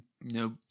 Nope